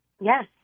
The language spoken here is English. Yes